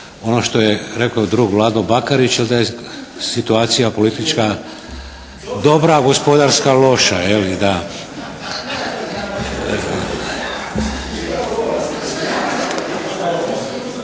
ono što je rekao drug Vlado Bakarić jer da je situacija politička dobra, a gospodarska loša, je li.